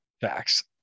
Facts